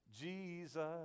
Jesus